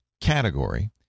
category